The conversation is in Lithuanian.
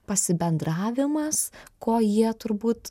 pasibendravimas ko jie turbūt